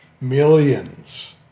millions